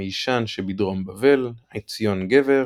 מישן שבדרום בבל, עציון גבר